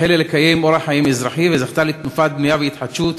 החלה לקיים אורח חיים אזרחי וזכתה לתנופת בנייה והתחדשות,